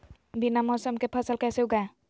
बिना मौसम के फसल कैसे उगाएं?